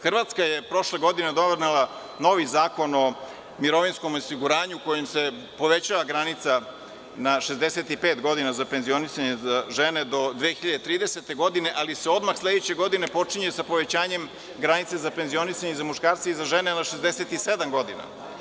Hrvatska je prošle godine donela novi Zakon o mirovinskom osiguranju, kojim se povećava granica na 65 godina za penzionisanje za žene do 2030. godine, ali se odmah sledeće godine počinje sa povećanjem granice za penzionisanje za muškarce i za žene za 67 godina.